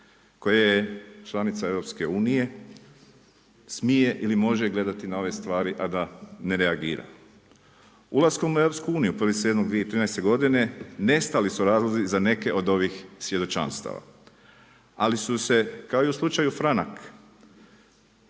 koja je članica EU-a, smije ili može gledati na ove stvari a da ne reagira? Ulaskom u EU, 01. 07. 2013. godine, nestali su razlozi za neke od ovih svjedočanstava. Ali su se kao i u slučaju Franak,